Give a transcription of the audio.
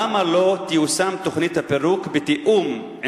למה לא תיושם תוכנית הפירוק בתיאום עם